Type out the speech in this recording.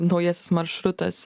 naujasis maršrutas